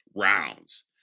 rounds